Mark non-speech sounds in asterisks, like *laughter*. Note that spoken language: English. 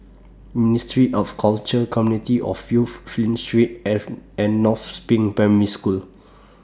Ministry of Culture Community of Youth Flint Street *unintelligible* and North SPRING Primary School *noise*